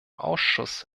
ausschuss